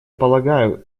полагаю